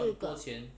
最后一个